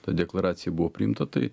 ta deklaracija buvo priimta tai